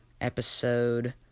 episode